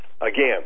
Again